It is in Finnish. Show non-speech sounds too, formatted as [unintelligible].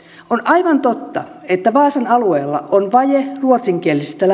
on aivan totta että vaasan alueella on vaje ruotsinkielisistä [unintelligible]